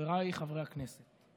חבריי חברי הכנסת,